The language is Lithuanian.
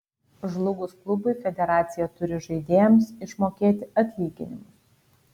žlugus klubui federacija turi žaidėjams išmokėti atlyginimus